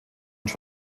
und